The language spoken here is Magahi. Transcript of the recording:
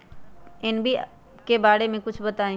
एन.पी.के बारे म कुछ बताई?